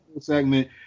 segment